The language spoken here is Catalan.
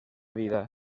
vida